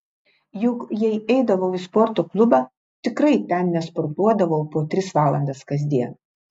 juk jei eidavau į sporto klubą tikrai ten nesportuodavau po tris valandas kasdien